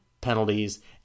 penalties